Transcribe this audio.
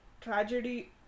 Tragedy